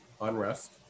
unrest